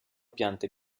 piante